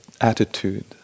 attitude